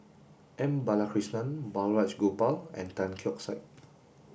M Balakrishnan Balraj Gopal and Tan Keong Saik